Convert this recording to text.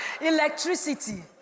Electricity